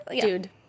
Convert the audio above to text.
Dude